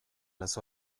las